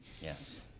yes